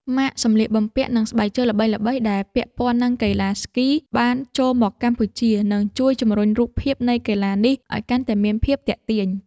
ម៉ាកសម្លៀកបំពាក់ និងស្បែកជើងល្បីៗដែលពាក់ព័ន្ធនឹងកីឡាស្គី បានចូលមកកម្ពុជា និងជួយជម្រុញរូបភាពនៃកីឡានេះឱ្យកាន់តែមានភាពទាក់ទាញ។